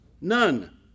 None